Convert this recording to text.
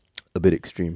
a bit extreme